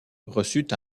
reçut